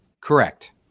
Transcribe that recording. Correct